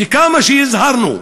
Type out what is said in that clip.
וכמה שהזהרנו,